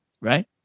right